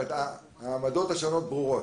העמדות השונות ברורות.